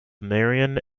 marion